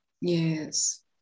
Yes